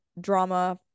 drama